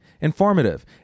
informative